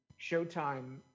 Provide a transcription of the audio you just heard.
Showtime